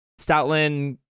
Stoutland